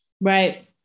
Right